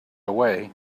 away